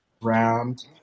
round